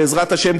בעזרת השם,